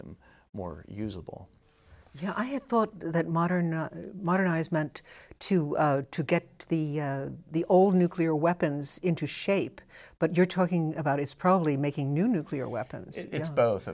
them more usable yeah i had thought that modern not modernized meant to get the the old nuclear weapons into shape but you're talking about is probably making nuclear weapons it's both